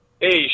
Hey